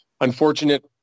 unfortunate